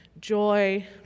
joy